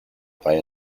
reihe